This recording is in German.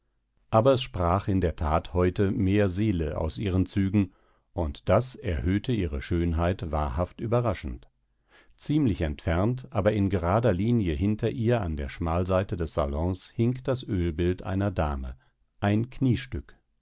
aber es sprach in der that heute mehr seele aus ihren zügen und das erhöhte ihre schönheit wahrhaft überraschend ziemlich entfernt aber in gerader linie hinter ihr an der schmalseite des salons hing das oelbild einer dame ein kniestück